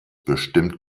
bestimmt